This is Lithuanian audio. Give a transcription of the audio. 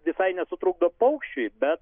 visai nesutrukdo paukščiui bet